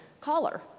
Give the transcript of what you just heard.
caller